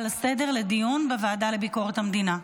לסדר-היום לדיון בוועדה לביקורת המדינה.